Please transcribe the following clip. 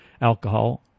alcohol